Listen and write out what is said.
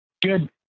Good